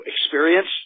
experience